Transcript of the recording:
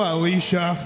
Alicia